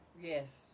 yes